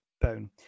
bone